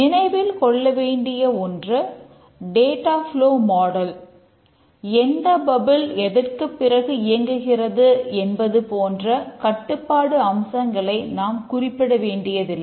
நினைவில் கொள்ள வேண்டிய ஒன்று டேட்டா ஃப்லோ மாடல் எதற்குப் பிறகு இயங்குகிறது என்பது போன்ற கட்டுப்பாடு அம்சங்களை நாம் குறிப்பிட வேண்டியதில்லை